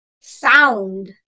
sound